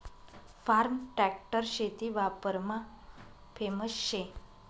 form tractor शेती वापरमा famous शे